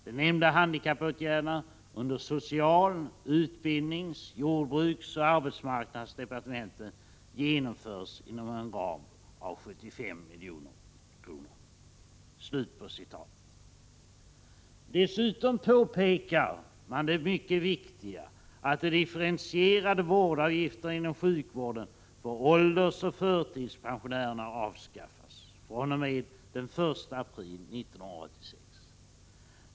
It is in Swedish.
De nämnda handikappåtgärderna under social-, utbildnings-, jordbruksoch arbetsmarknadsdepartementen genomförs inom en ram av 75 milj.kr.” Dessutom påpekar man det mycket viktiga, att de differentierade vårdavgifterna inom sjukvården för åldersoch förtidspensionärerna avskaffas fr.o.m. den 1 april 1986.